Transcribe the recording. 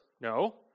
No